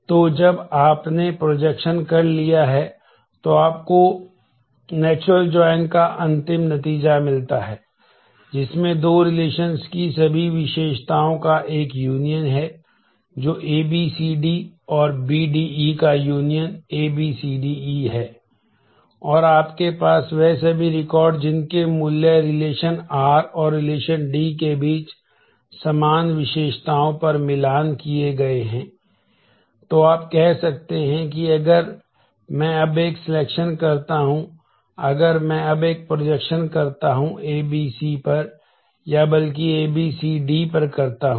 तो जब आपने प्रोजेक्शन कर लिया है तो आपको नेचुरल जॉइन का अंतिम नतीजा मिलता है जिसमें दो रिलेशंस की सभी विशेषताओं का एक यूनियन है जो A B C D और B D E का union A B C D E है और आपके पास वह सभी रिकॉर्ड हैं जिनके मूल्य रिलेशन करता हूं A B C पर या बल्कि A B C D पर करता हूं